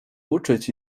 uczyć